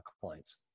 clients